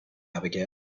abigail